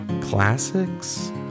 classics